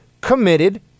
committed